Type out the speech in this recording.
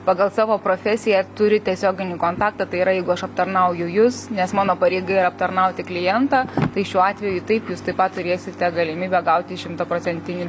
pagal savo profesiją turi tiesioginį kontaktą tai yra jeigu aš aptarnauju jus nes mano pareiga yra aptarnauti klientą tai šiuo atveju taip jūs taip pat turėsite galimybę gauti šimtaprocentinį